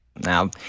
Now